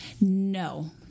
No